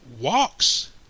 walks